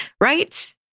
Right